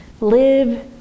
live